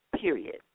Period